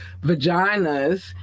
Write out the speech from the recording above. vaginas